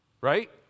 right